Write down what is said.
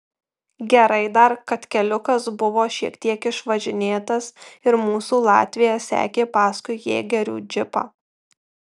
gerai dar kad keliukas buvo šiek tiek išvažinėtas ir mūsų latvija sekė paskui jėgerių džipą